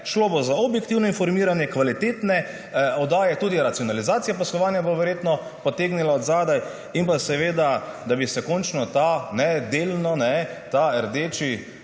Šlo bo za objektivno informiranje, kvalitetne oddaje, tudi racionalizacija poslovanja bo verjetno potegnila od zadaj in pa seveda, da bi se končno ta delno rdeči